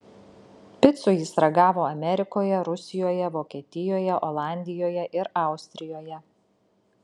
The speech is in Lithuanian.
picų jis ragavo amerikoje rusijoje vokietijoje olandijoje ir austrijoje